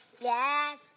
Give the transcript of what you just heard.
Yes